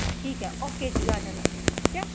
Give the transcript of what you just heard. ਠੀਕ ਹੈ ਓਕੇ ਜੀ ਆ ਜਾਣਾ ਠੀਕ ਹੈ